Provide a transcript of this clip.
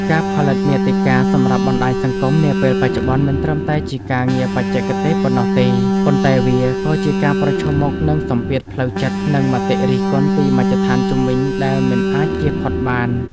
ការផលិតមាតិកាសម្រាប់បណ្ដាញសង្គមនាពេលបច្ចុប្បន្ន មិនត្រឹមតែជាការងារបច្ចេកទេសប៉ុណ្ណោះទេ ប៉ុន្តែវាក៏ជាការប្រឈមមុខនឹងសម្ពាធផ្លូវចិត្ត និងមតិរិះគន់ពីមជ្ឈដ្ឋានជុំវិញដែលមិនអាចជៀសផុតបាន។